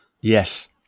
Yes